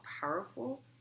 powerful